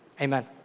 Amen